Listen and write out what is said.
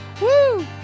Woo